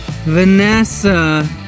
Vanessa